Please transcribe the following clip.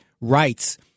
rights